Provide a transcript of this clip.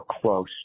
close